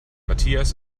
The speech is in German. matthias